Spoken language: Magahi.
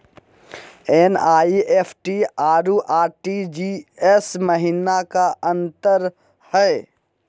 एन.ई.एफ.टी अरु आर.टी.जी.एस महिना का अंतर हई?